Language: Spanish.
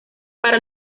para